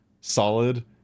Solid